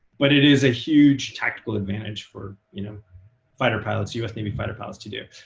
but it is a huge tactical advantage for you know fighter pilots, us navy fighter pilots to do.